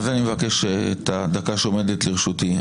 אני מבקש את הדקה שעומדת לרשותי.